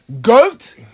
Goat